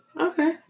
Okay